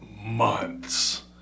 months